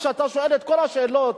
כשאתה שואל את כל השאלות,